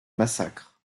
massacres